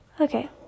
okay